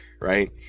Right